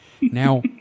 Now